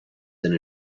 than